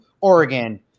Oregon